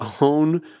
own